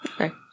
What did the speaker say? Okay